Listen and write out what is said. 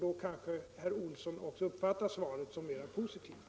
Då kanske herr Olsson uppfattar svaret som mera positivt.